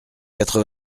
quatre